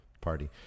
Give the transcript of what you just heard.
Party